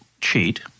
cheat